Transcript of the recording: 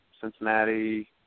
Cincinnati